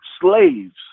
slaves